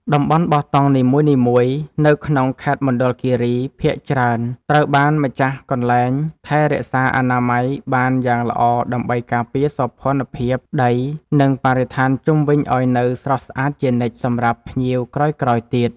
តំបន់បោះតង់នីមួយៗនៅក្នុងខេត្តមណ្ឌលគីរីភាគច្រើនត្រូវបានម្ចាស់កន្លែងថែរក្សាអនាម័យបានយ៉ាងល្អដើម្បីការពារសោភ័ណភាពដី និង បរិស្ថានជុំវិញឱ្យនៅស្រស់ស្អាតជានិច្ចសម្រាប់ភ្ញៀវក្រោយៗទៀត។